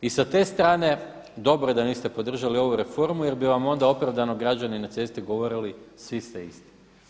I sa te strane dobro je da niste podržali ovu reformu jer bi vam onda opravdano građani na cesti govorili svi ste isti.